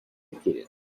repeated